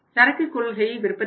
சரக்கு கொள்கை விருப்பத்தேர்வு